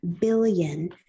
billion